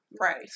Right